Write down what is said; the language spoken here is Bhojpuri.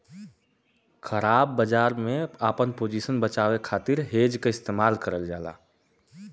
ख़राब बाजार में आपन पोजीशन बचावे खातिर हेज क इस्तेमाल करल जाला